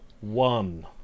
one